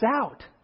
out